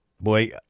boy